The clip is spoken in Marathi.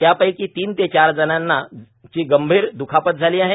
त्यापैकी तीन ते चार जणांना गंभीर द्खापत झाली आहे